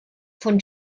von